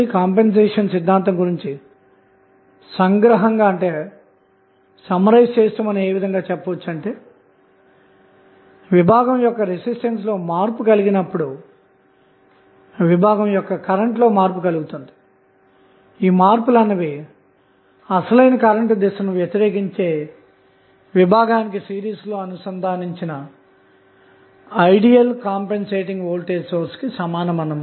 కాబట్టి కాంపెన్సేషన్ సిద్ధాంతం గురించి సంగ్రహంగా ఏమి చెప్పవచ్చు అంటే విభాగం యొక్క రెసిస్టెన్స్ లో మార్పు కలిగినప్పుడు విభాగం యొక్క కరెంట్ లో మార్పు కలుగుతుంది ఈ మార్పులు అన్నవి అసలైన కరెంటు దిశ ను వ్యతిరేకించే విభాగానికి సిరీస్ లో అనుసంధానించిన ఐడియల్ కంపెన్సేటింగ్ వోల్టేజ్ సోర్స్ కి సమానము